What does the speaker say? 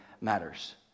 matters